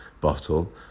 bottle